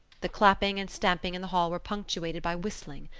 the clapping and stamping in the hall were punctuated by whistling.